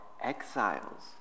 exiles